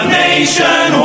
nation